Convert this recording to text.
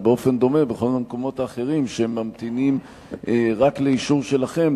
ובאופן דומה בכל המקומות האחרים שממתינים רק לאישור שלכם,